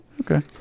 Okay